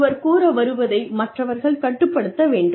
ஒருவர் கூற வருவதை மற்றவர்கள் கட்டுப்படுத்த வேண்டும்